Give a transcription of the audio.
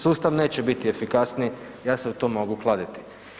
Sustav neće biti efikasniji, ja se u to mogu kladiti.